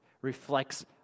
reflects